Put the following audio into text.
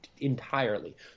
entirely